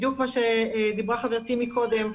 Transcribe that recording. בדיוק מה שדיברה חברתי מקודם,